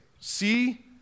see